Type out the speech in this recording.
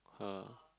!huh!